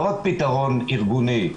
לא רק פתרון ארגוני.